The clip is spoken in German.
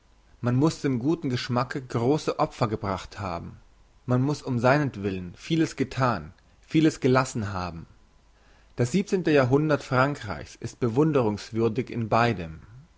man muss dem guten geschmacke grosse opfer gebracht haben man muss um seinetwillen vieles gethan vieles gelassen haben das siebzehnte jahrhundert frankreichs ist bewunderungswürdig in beidem